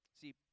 See